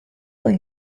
con